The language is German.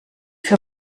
für